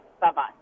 Bye-bye